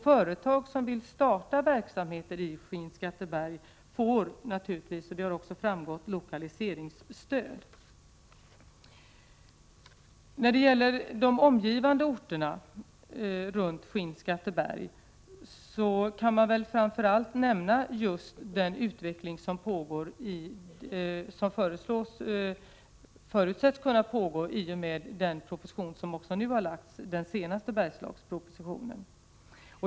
Företag som vill starta verksamheter i Skinnskatteberg får naturligtvis, som har framgått, lokaliseringsstöd. När det gäller de omgivande orterna runt Skinnskatteberg kan jag framför allt nämna just den utveckling som förutsätts kunna ske i och med den senaste Bergslagspropositionen.